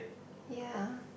ya